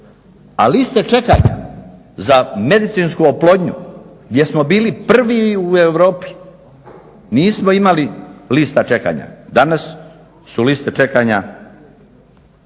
A liste čekanja za medicinsku oplodnju, jer smo bili prvi u Europi nismo imali lista čekanja. Danas su liste čekanja